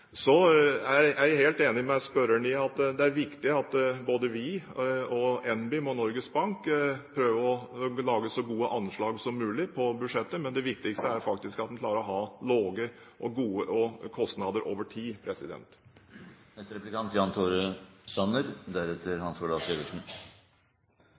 Så kostnadene ligger nå betydelig under. Jeg er helt enig med spørreren i at det er viktig at både vi og NBIM og Norges Bank prøver å lage så gode anslag som mulig for budsjettet. Men det viktigste er faktisk at man klarer å ha lave kostnader over tid.